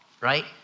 right